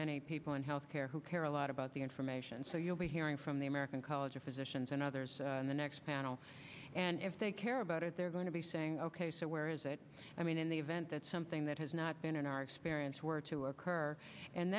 many people in health care who care a lot about the information so you'll be hearing from the american college of physicians and others in the next panel and if they care about it they're going to be saying ok so where is it i mean in the event that something that has not been in our experience were to occur and